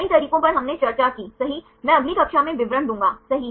कई तरीकों पर हमने चर्चा कीसही मैं अगली कक्षा में विवरण दूंगा सही